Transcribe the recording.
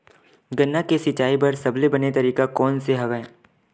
गन्ना के सिंचाई बर सबले बने तरीका कोन से हवय?